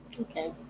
Okay